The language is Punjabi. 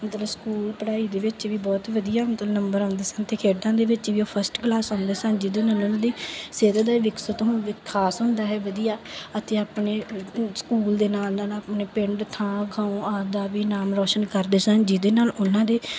ਮਤਲਬ ਸਕੂਲ ਪੜ੍ਹਾਈ ਦੇ ਵਿੱਚ ਵੀ ਬਹੁਤ ਵਧੀਆ ਮਤਲਬ ਨੰਬਰ ਆਉਂਦੇ ਸਨ ਅਤੇ ਖੇਡਾਂ ਦੇ ਵਿੱਚ ਵੀ ਉਹ ਫਸਟ ਕਲਾਸ ਆਉਂਦੇ ਸਨ ਜਿਹਦੇ ਨਾਲ ਉਹਨਾਂ ਦੀ ਸਿਹਤ ਦੇ ਵਿਕਸਿਤ ਹੋਣ ਖਾਸ ਹੁੰਦਾ ਹੈ ਵਧੀਆ ਅਤੇ ਆਪਣੇ ਸਕੂਲ ਦੇ ਨਾਲ ਨਾਲ ਆਪਣੇ ਪਿੰਡ ਥਾਂ ਗਾਂਓ ਆਦਿ ਦਾ ਵੀ ਨਾਮ ਰੋਸ਼ਨ ਕਰਦੇ ਸਨ ਜਿਹਦੇ ਨਾਲ ਉਹਨਾਂ ਦੇ